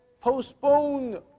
postpone